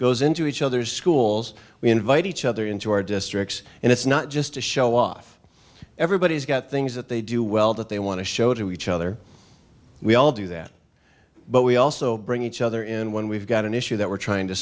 goes into each other's schools we invite each other into our districts and it's not just to show off everybody's got things that they do well that they want to show to each other we all do that but we also bring each other in when we've got an issue that we're trying to